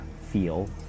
feel